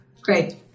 Great